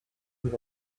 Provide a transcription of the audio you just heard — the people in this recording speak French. vous